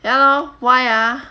ya lor why ah